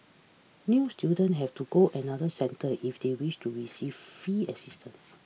new student have to go another centre if they wish to receive fee assistance